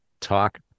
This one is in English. talk